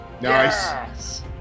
nice